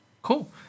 Cool